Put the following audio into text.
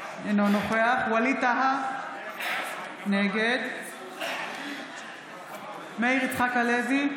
אינו נוכח ווליד טאהא, נגד מאיר יצחק הלוי,